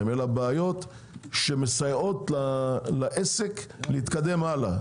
אלא בעיות שמפריעות עסק להתקדם הלאה.